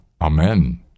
Amen